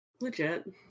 Legit